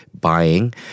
buying